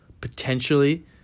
potentially